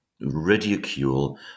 ridicule